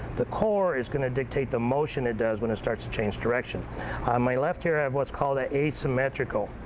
the core is going to dictate the motion it does when it starts to change direction. on my left here i have what's called an asymmetrical.